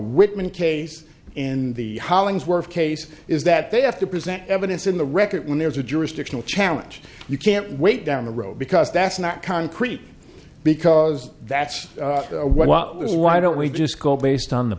whitman case and the hollingsworth case is that they have to present evidence in the record when there's a jurisdictional challenge you can't wait down the road because that's not concrete because that's what was why don't we just go based on the